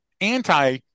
anti